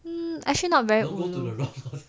actually not very ulu